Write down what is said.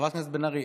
חברת הכנסת בן ארי,